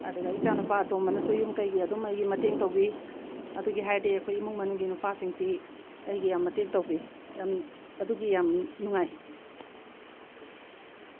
ꯑꯗꯨꯒ ꯏꯆꯥ ꯅꯨꯄꯥ ꯑꯇꯣꯝꯕꯅꯁꯨ ꯌꯨꯝ ꯀꯩꯒꯤ ꯑꯗꯨꯝ ꯑꯩꯒꯤ ꯃꯇꯦꯡ ꯇꯧꯕꯤ ꯑꯗꯨꯒꯤ ꯍꯥꯏꯔꯨꯔꯗꯤ ꯑꯩꯈꯣꯏ ꯏꯃꯨꯡ ꯃꯅꯨꯡꯒꯤ ꯅꯨꯄꯥꯁꯤꯡꯗꯤ ꯑꯩꯒꯤ ꯌꯥꯝ ꯃꯇꯦꯡ ꯇꯧꯕꯤ ꯑꯗꯨꯒꯤ ꯌꯥꯝ ꯅꯨꯡꯉꯥꯏ